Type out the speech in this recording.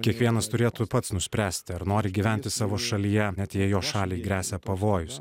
kiekvienas turėtų pats nuspręsti ar nori gyventi savo šalyje net jei jo šaliai gresia pavojus